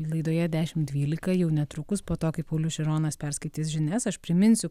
laidoje dešimt dvylika jau netrukus po to kai paulius šironas perskaitys žinias aš priminsiu